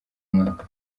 mwaka